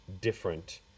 different